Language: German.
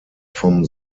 vom